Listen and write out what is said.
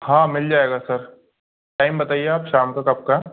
हाँ मिल जाएगा सर टाइम बताइए आप शाम का कब का